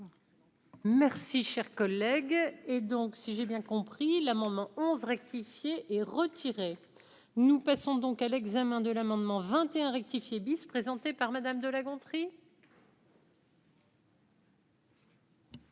Merci, cher collègue, et donc si j'ai bien compris la maman 11 rectifié et retiré, nous passons donc à l'examen de l'amendement 21 rectifié bis présenté par Madame de La Gontrie.